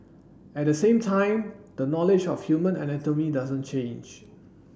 at the same time the knowledge of human anatomy doesn't change